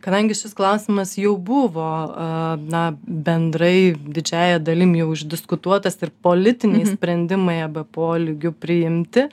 kadangi šis klausimas jau buvo na bendrai didžiąja dalim jau išdiskutuotas ir politiniai sprendimai ebpo lygiu priimti